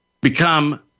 become